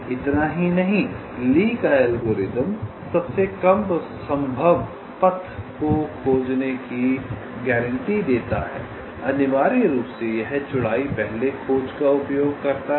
इतना ही नहीं ली का एल्गोरिथ्म सबसे कम संभव पथ को खोजने की गारंटी देता है अनिवार्य रूप से यह चौड़ाई पहले खोज का उपयोग करता है